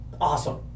Awesome